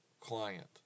client